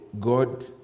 God